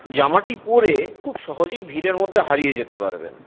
জামাটি পরে খুব সহজেই ভিড়ের মধ্যে হারিয়ে যেতে পারবেন